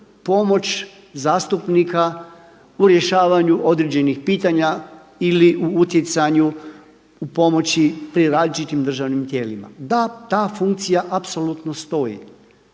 pomoć zastupnika u rješavanju određenih pitanja ili u utjecanju u pomoći pri različitim državnim tijelima. Da, ta funkcija apsolutno stoji,